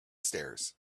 stairs